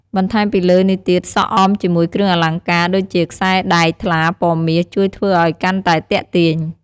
បន្តែមពីលើនេះទៀតសក់អមជាមួយគ្រឿងអលង្ការដូចជាខ្សែរដែកថ្លាពណ៌មាសជួយធ្វើឲ្យកាន់តែទាក់ទាញ។